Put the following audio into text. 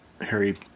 Harry